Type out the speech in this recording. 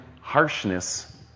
harshness